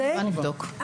אני אבדוק את זה,